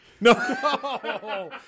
No